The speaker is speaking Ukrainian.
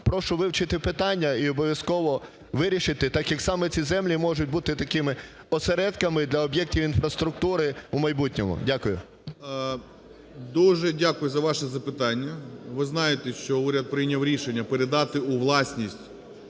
Прошу вивчити питання і обов'язково вирішити, так як саме ці землі можуть бути такими осередками для об'єктів інфраструктури у майбутньому. Дякую. 11:06:06 ГРОЙСМАН В.Б. Дуже дякую за ваше запитання. Ви знаєте, що уряд прийняв рішення передати у власність